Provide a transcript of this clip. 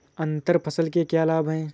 अंतर फसल के क्या लाभ हैं?